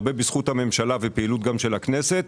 הרבה בזכות הממשלה ופעילות גם של הכנסת,